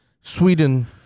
Sweden